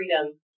freedom